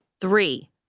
Three